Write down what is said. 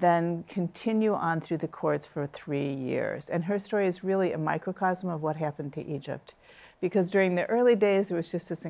then continue on through the courts for three years and her story is really a microcosm of what happened to egypt because during the early days it was just